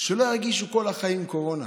שלא ירגישו כל החיים קורונה,